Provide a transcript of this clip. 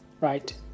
right